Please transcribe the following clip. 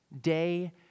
day